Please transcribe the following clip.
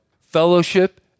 fellowship